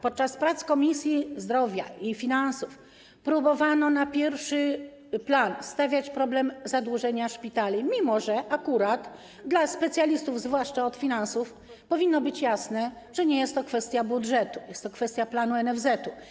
Podczas prac Komisji Zdrowia i komisji finansów próbowano na pierwszym planie stawiać problem zadłużenia szpitali, mimo że akurat dla specjalistów, zwłaszcza od finansów, powinno być jasne, że nie jest to kwestia budżetu, jest to kwestia planu NFZ-u.